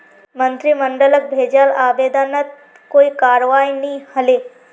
मंत्रिमंडलक भेजाल आवेदनत कोई करवाई नी हले